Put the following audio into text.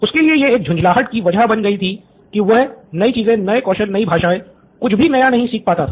उसके लिए यह एक झुंझलाहट की वजह बन गयी थी की वो कि वह नई चीजें नए कौशल नई भाषाएं कुछ भी नया नहीं सीख पाता था